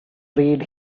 read